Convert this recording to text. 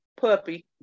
puppy